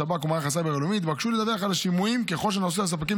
שב"כ ומערך הסייבר הלאומי יתבקשו לדווח על שימועים ככל שנעשו לספקים,